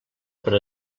per